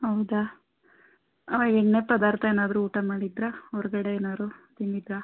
ಹೌದಾ ಆಂ ಎಣ್ಣೆ ಪದಾರ್ಥ ಏನಾದರೂ ಊಟ ಮಾಡಿದ್ದಿರಾ ಹೊರಗಡೆ ಏನಾರು ತಿಂದಿದ್ದಿರಾ